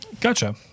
Gotcha